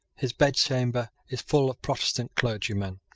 his bedchamber is full of protestant clergymen.